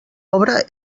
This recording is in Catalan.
obra